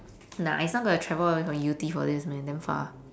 nah he's not going to travel all the way from yew tee for this man damn far